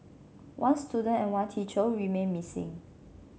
one student and one teacher remain missing